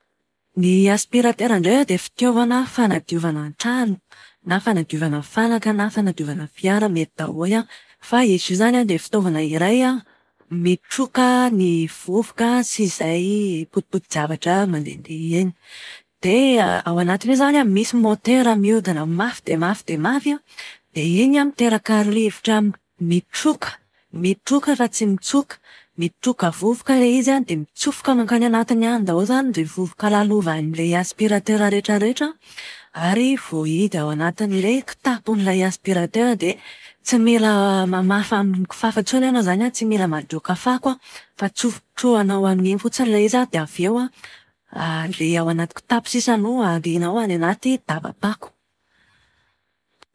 Ny aspiratera indray an dia fitaovana fanadiovana trano. Na fanadiovana fanaka, na fanadiovana fiara. Mety daholo an. Fa izy io izany dia fitaovana iray an mitroka ny vovoka sy izay potipoti-javatra mandehandeha eny. Dia ao anatin'io izany an, misy motera miodina mafy dia mafy dia mafy an, dia iny an miteraka rivotra mitroka. Mitroka fa tsy mitsoka. Mitroka vovoka ilay izy an, dia mitsofoka mankany anatiny any daholo izany izay vovoka lalovan'ilay aspiratera rehetrarehetra. Ary voahidy ao anatin'ilay kitapon'ilay aspiratera dia tsy mila mamafa amin'ny kifafa intsony ianao izany an, tsy mila mandroaka fako an, fa tsofi- trohanao amin'iny fotsiny ilay izy an, dia avy eo an, ilay ao anaty kitapo sisa no arianao any anaty daba-pako.